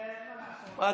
אין מה לעשות.